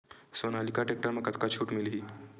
Sonalika tractor म कतका छूट मिलही?